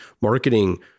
marketing